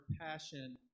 passion